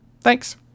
Thanks